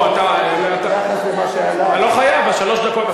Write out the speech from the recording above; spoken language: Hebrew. לא, אתה, ביחס למה שעלה, אתה לא חייב, שלוש דקות.